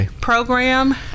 program